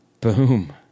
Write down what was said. Boom